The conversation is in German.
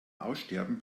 aussterben